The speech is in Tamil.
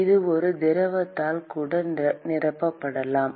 இது ஒரு திரவத்தால் கூட நிரப்பப்படலாம்